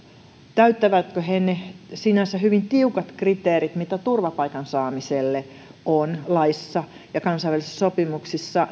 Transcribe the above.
täyttävätkö he sinänsä hyvin tiukat kriteerit mitkä turvapaikan saamiselle on laissa ja kansainvälisissä sopimuksissa